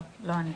לא, לא אני.